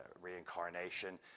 reincarnation